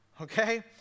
Okay